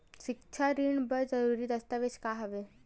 सिक्छा ऋण बर जरूरी दस्तावेज का हवय?